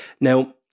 Now